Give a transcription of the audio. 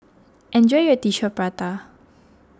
enjoy your Tissue Prata